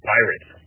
Pirates